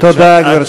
תודה, גברתי.